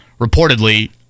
reportedly